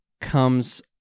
comes